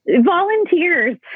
volunteers